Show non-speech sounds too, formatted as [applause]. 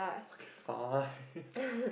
okay fine [breath]